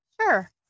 Sure